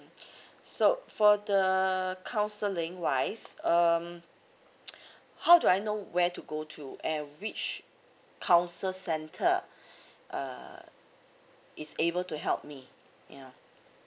so for the counseling wise um how do I know where to go to and which counsel center is able to help me you know